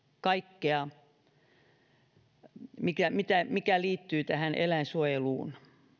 kaikkea mikä liittyy eläinsuojeluun